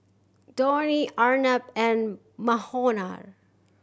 Dhoni Arnab and Manohar